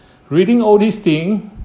reading all these thing